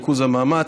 ריכוז המאמץ,